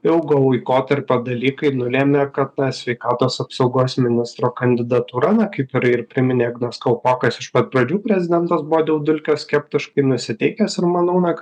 ilgo laikotarpio dalykai nulėmė kad ta sveikatos apsaugos ministro kandidatūra na kaip ir ir priminė ignas kalpokas iš pat pradžių prezidentas buvo dėl dulkio skeptiškai nusiteikęs ir manau na